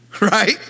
Right